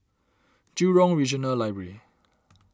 Jurong Regional Library